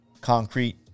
concrete